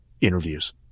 interviews